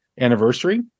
anniversary